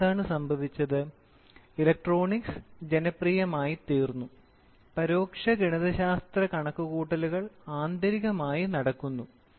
ഇപ്പോൾ എന്താണ് സംഭവിച്ചത് ഇലക്ട്രോണിക്സ് ജനപ്രിയമായിത്തീർന്നു പരോക്ഷ ഗണിതശാസ്ത്ര കണക്കുകൂട്ടലുകൾ ആന്തരികമായി നടക്കുന്നു